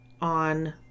on